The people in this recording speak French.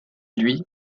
lui